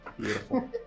Beautiful